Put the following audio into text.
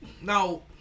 Now